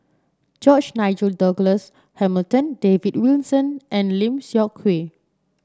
George Nigel Douglas Hamilton David Wilson and Lim Seok Hui